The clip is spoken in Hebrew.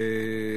40)